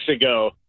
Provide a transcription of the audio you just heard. ago